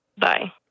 Bye